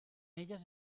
ellas